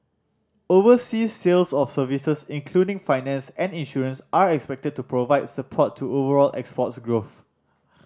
overseas sales of services including finance and insurance are expected to provide support to overall exports growth